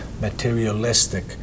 materialistic